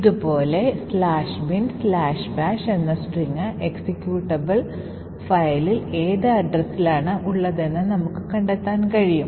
ഇതുപോലെ " bin bash" എന്ന string executable ഫയലിൽ ഏത് അഡ്രസിൽ ആണ് ഉള്ളതെന്ന് നമുക്ക് കണ്ടെത്താൻ കഴിയും